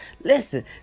Listen